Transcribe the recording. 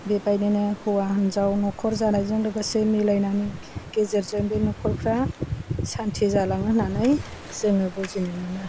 बेबादिनो हौवा हिन्जाव नखर जानायजों लोगोसे मिलायनानै गेजेरजों बे नख'रफ्रा सान्थि जालाङो होन्नानै जोङो बुजिनो मोनो